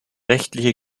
rechtliche